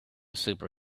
super